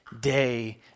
day